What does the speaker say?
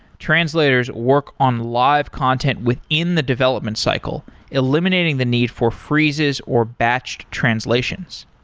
translators work on live content within the development cycle, eliminating the need for freezes or batched translations.